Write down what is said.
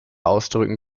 ausdrücken